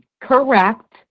correct